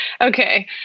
Okay